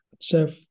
Chef